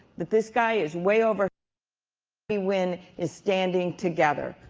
that this guy is way over the win is standing together.